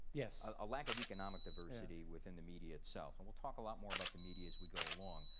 yes. a lack of economic diversity within the media itself. and we'll talk a lot more about the media as we go along,